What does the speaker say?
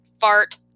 Fart